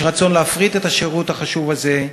יש רצון להפריט את השירות החשוב הזה.